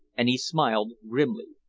and he smiled grimly.